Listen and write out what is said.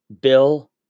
Bill